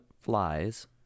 Flies